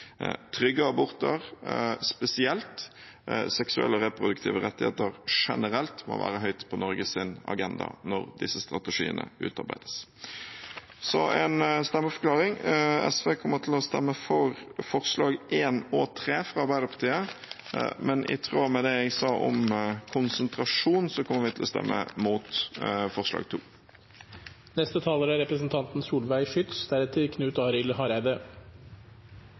Trygge aborter spesielt og seksuelle og reproduktive rettigheter generelt må være høyt på Norges agenda når disse strategiene utarbeides. Så en stemmeforklaring: SV kommer til å stemme for forslagene nr. 1 og 3, fra Arbeiderpartiet, men i tråd med det jeg sa om konsentrasjon, kommer vi til å stemme imot forslag